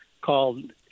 called